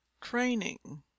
Training